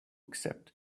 accept